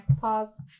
Pause